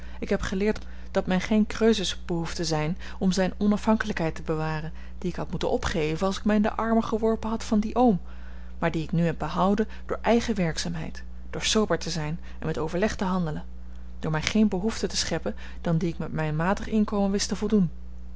ik heb geleerd dat men geen cresus behoeft te zijn om zijne onafhankelijkheid te bewaren die ik had moeten opgeven als ik mij in de armen geworpen had van dien oom maar die ik nu heb behouden door eigen werkzaamheid door sober te zijn en met overleg te handelen door mij geene behoeften te scheppen dan die ik met mijn matig inkomen wist te voldoen